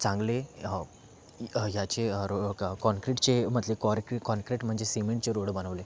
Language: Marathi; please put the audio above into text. चांगले ह्याचे रो काँक्रीटचे मधले काॅरक्रीट काँक्रीट म्हणजे सिमेंटचे रोड बनवले